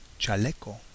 chaleco